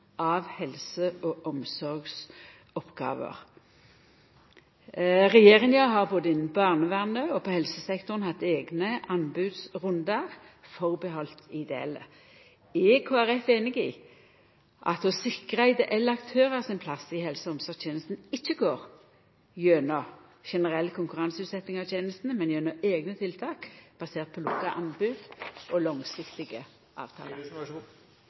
av helse- og omsorgsoppgåver. Regjeringa har både innanfor barnevernet og på helsesektoren hatt eigne anbodsrundar for ideelle. Er Kristeleg Folkeparti einig i at å sikra ideelle aktørar sin plass i helse- og omsorgstenestene gjer ein ikkje gjennom generell konkurranseutsetjing av tenestene, men gjennom eigne tiltak basert på anbod for ideelle og langsiktige avtalar?